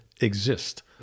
exist